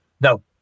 No